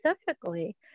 specifically